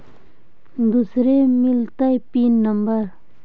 दुसरे मिलतै pin number?